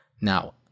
now